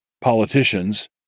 politicians